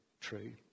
true